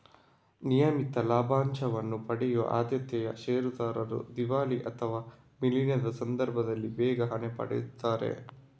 ನಿಯಮಿತ ಲಾಭಾಂಶವನ್ನ ಪಡೆಯುವ ಆದ್ಯತೆಯ ಷೇರುದಾರರು ದಿವಾಳಿ ಅಥವಾ ವಿಲೀನದ ಸಂದರ್ಭದಲ್ಲಿ ಬೇಗ ಹಣ ಪಡೀತಾರೆ